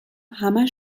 همه